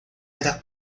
era